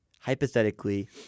hypothetically